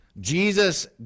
Jesus